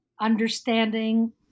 understanding